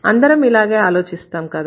అందరం ఇలాగే ఆలోచిస్తాం కదా